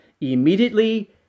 immediately